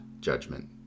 judgment